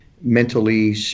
mentally